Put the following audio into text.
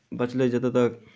बचलै जतय तक